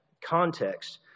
context